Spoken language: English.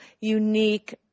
unique